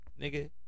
nigga